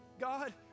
God